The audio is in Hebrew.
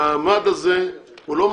שהמד הזה הוא לא מפסיק.